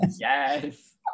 Yes